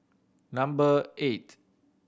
number eight